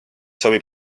sobib